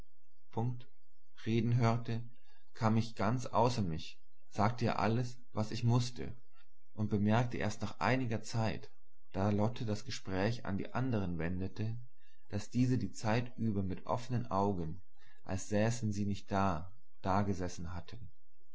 vom reden hörte kam ich ganz außer mich sagte ihr alles was ich mußte und bemerkte erst nach einiger zeit da lotte das gespräch an die anderen wendete daß diese die zeit über mit offenen augen als säßen sie nicht da dagesessen hatten